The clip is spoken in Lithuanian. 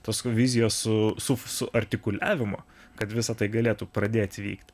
tos vizijos su su suartikuliavimo kad visa tai galėtų pradėti vykti